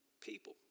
People